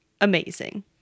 amazing